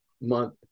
month